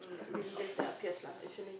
religious that appears lah actually